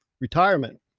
retirement